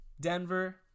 Denver